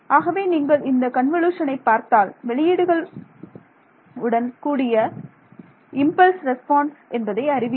ஆகவே நீங்கள் இந்த கன்வொலுஷனைப் பார்த்தால் வெளியீடுகள் உடன் கூடிய உள்ளீடுகள் உடன் கூடிய இம்பல்ஸ் ரெஸ்பான்ஸ் என்பதை அறிவீர்கள்